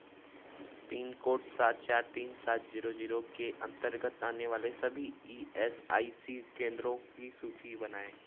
pin code सात चार तीन सात जीरो जीरो के अंतर्गत आने वाले सभी ई एस आई सी केंद्रों की सूची बनाएँ